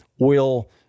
oil